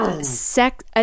Sex